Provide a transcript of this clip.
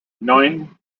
neun